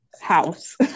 house